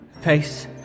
Face